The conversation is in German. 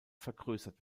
vergrößert